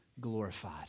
glorified